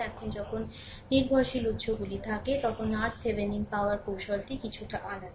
এখন যখন নির্ভরশীল উৎসগুলি থাকে তখন RThevenin পাওয়ার কৌশলটি কিছুটা আলাদা